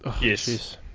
Yes